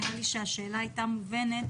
נראה לי שהשאלה הייתה מובנת.